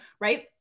right